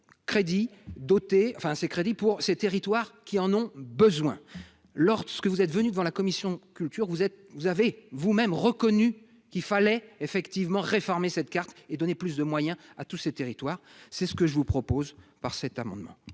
crédits doté enfin ces crédits pour ces territoires qui en ont besoin lors de ce que vous êtes venus devant la commission Culture vous êtes vous avez vous-même reconnu qu'il fallait effectivement réformer cette carte et donner plus de moyens à tous ces territoires, c'est ce que je vous propose par cet amendement.